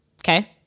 Okay